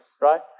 right